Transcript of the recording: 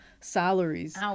salaries